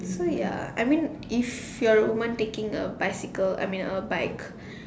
so ya I mean if you're a woman taking a bicycle I mean a bike